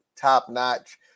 top-notch